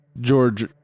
George